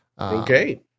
Okay